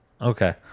okay